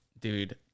dude